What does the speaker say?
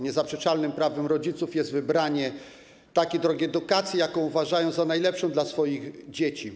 Niezaprzeczalnym prawem rodziców jest wybranie takiej drogi edukacji, jaką uważają za najlepszą dla swoich dzieci.